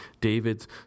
David's